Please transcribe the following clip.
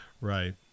Right